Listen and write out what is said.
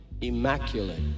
immaculate